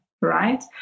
right